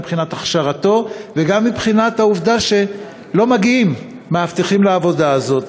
גם מבחינת הכשרתו וגם מבחינת העובדה שלא מגיעים עובדים לעבודה הזאת.